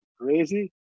crazy